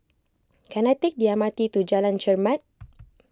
can I take the M R T to Jalan Chermat